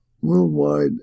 worldwide